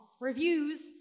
reviews